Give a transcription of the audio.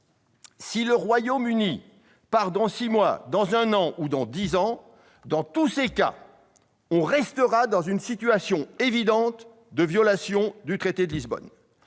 si le Royaume-Uni partait dans six mois, dans un an ou dans dix ans, on serait dans une situation évidente de violation du traité de Lisbonne.